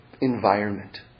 environment